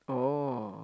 oh